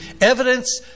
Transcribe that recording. evidence